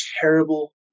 terrible